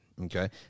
okay